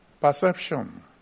perception